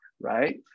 right